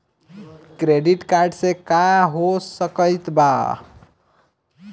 Credit card से का हो सकइत बा?